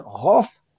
half